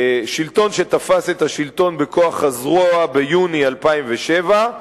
שלטון שתפס את השלטון בכוח הזרוע ביוני 2007,